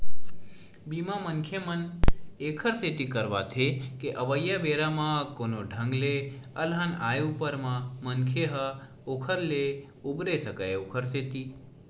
बीमा, मनखे मन ऐखर सेती करवाथे के अवइया बेरा म कोनो ढंग ले अलहन आय ऊपर म मनखे ह ओखर ले उबरे सकय ओखर सेती